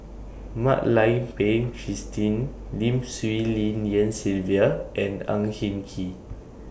Mak Lai Peng Christine Lim Swee Lian Sylvia and Ang Hin Kee